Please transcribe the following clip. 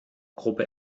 gruppe